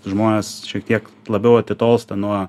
žmonės šiek tiek labiau atitolsta nuo